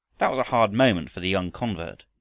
that was a hard moment for the young convert.